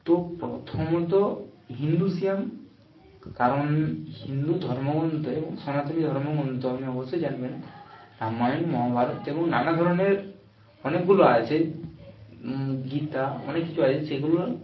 তো প্রথমত হিন্দুইজম কারণ হিন্দু ধর্মগ্রন্থ এবং সনাতনী ধর্মগ্রন্থ আপনি অবশ্যই জানবেন রামায়ন মহাভারত এবং নানা ধরনের অনেকগুলো আছে গীতা অনেক কিছু আছে সেগুলো